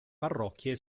parrocchie